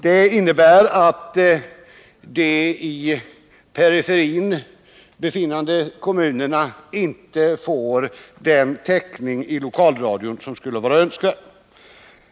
De kommuner som befinner sig i periferin får inte den täckning i lokalradion som vore önskvärd.